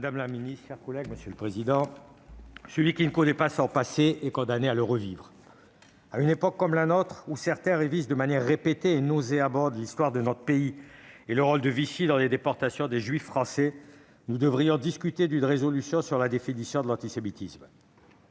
madame la ministre, chers collègues, celui qui ne connaît pas son passé est condamné à le revivre. À une époque comme la nôtre, où certains révisent de manière répétée et nauséabonde l'histoire de notre pays et le rôle de Vichy dans les déportations des « juifs français », faut-il que nous discutions d'une résolution sur la définition de l'antisémitisme